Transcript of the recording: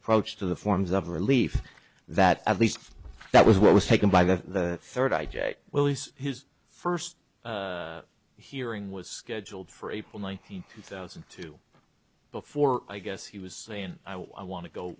approach to the forms of relief that at least that was what was taken by the third i j well as his first hearing was scheduled for april nineteenth two thousand and two before i guess he was saying i want to go